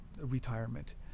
retirement